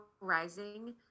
rising